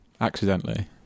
Accidentally